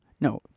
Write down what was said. No